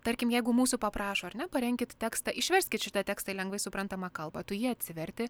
tarkim jeigu mūsų paprašo ar ne parenkit tekstą išverskit šitą tekstą į lengvai suprantamą kalbą tu jį atsiverti